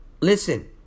listen